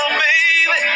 baby